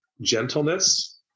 gentleness